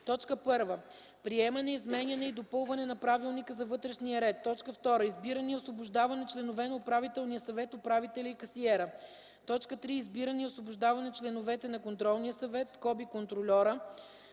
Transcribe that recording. обекти: 1. приемане, изменяне и допълване на правилника за вътрешния ред; 2. избиране и освобождаване членовете на управителния съвет (управителя) и касиера; 3. избиране и освобождаване членовете на контролния съвет (контрольора);